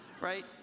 Right